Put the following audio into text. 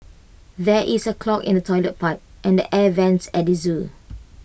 there is A clog in the Toilet Pipe and the air Vents at the Zoo